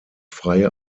freie